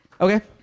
Okay